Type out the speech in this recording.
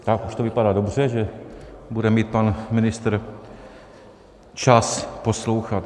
Tak, už to vypadá dobře, že bude mít pan ministr čas poslouchat.